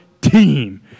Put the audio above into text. team